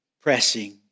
Pressing